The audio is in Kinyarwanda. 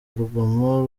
urugomo